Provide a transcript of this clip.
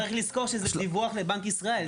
גם צריך לזכור שזה דיווח לבנק ישראל.